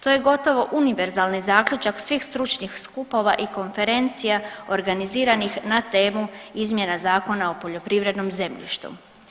To je gotovo univerzalni zaključak svih stručnih skupova i konferencija organiziranih na temu izmjena Zakona o poljoprivrednom zemljištu.